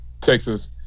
Texas